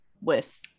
with-